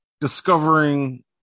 discovering